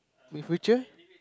in future